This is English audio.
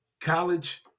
college